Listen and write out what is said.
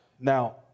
Now